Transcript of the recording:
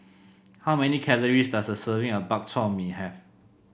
how many calories does a serving of Bak Chor Mee have